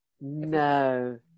No